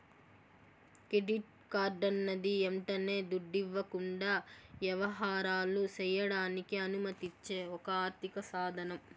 credit కార్డన్నది యంటనే దుడ్డివ్వకుండా యవహారాలు సెయ్యడానికి అనుమతిచ్చే ఒక ఆర్థిక సాదనం